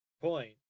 point